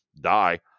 die